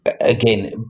again